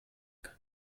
kann